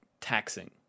taxing